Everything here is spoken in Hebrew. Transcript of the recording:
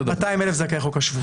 200,000 זכאי חוק השבות.